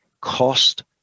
cost